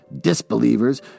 disbelievers